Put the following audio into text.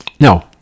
no